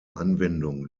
anwendung